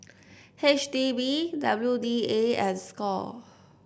H D B W D A and Score